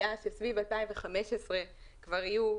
היה שסביב 2015 כבר יהיו,